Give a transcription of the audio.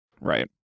Right